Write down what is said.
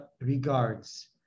regards